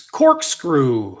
corkscrew